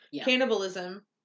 cannibalism